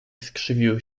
skrzywił